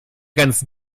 ganz